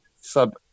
sub